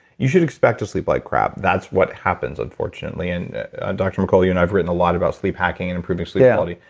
you should expect to sleep like crap. that's what happens, unfortunately. and and dr. mercola, you and i've written a lot about sleep hacking and improving sleep quality.